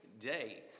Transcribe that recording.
day